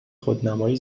خودنمایی